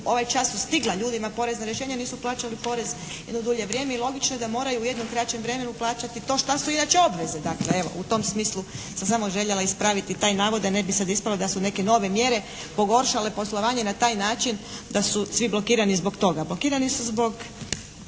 ovaj čas su stigla ljudima porezna rješenja. Nisu plaćali porez jedno dulje vrijeme i logično je da moraju u jednom kraćem vremenu plaćati to šta su inače obveze dakle, evo u tom smislu sam samo željela ispraviti taj navod da ne bi sad ispalo da su neke nove mjere pogoršale poslovanje na taj način da su svi blokirani zbog toga. Blokirani su zbog